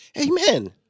Amen